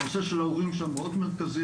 הנושא של ההורים שם מאוד מרכזי,